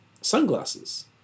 sunglasses